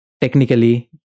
technically